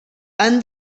han